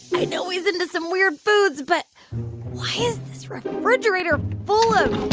i know he's into some weird foods, but why is this refrigerator full of